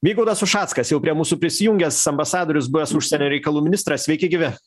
vygaudas ušackas jau prie mūsų prisijungęs ambasadorius buvęs užsienio reikalų ministras sveiki gyvi